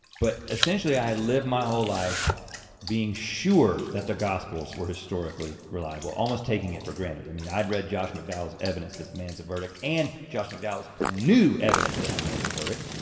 but essentially, i live my whole life being sure that the gospels were historically reliable, almost taking it for granted. i mean i'd read josh mcdowell's evidence that demands a verdict and josh mcdowell new evidence that demands a verdict.